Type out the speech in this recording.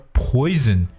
poison